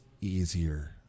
easier